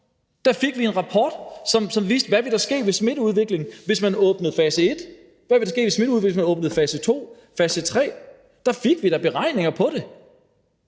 Da fik vi en rapport, som viste, hvad der ville ske med smitteudviklingen, hvis man åbnede i fase 1, hvad der ville ske med smitteudviklingen, hvis man åbnede i fase 2 og fase 3. Da fik vi da beregninger på det,